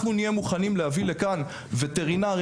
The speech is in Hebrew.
אנחנו נהיה מוכנים להביא לכאן וטרינרים